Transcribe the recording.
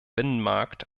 binnenmarkt